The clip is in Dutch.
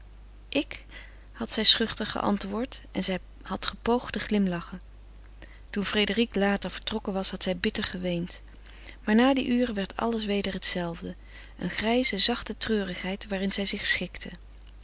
ik had zij schuchter geantwoord en zij had gepoogd te glimlachen toen frédérique later vertrokken was had zij bitter geweend maar na die ure werd alles weder hetzelfde een grijze zachte treurigheid waarin zij zich schikte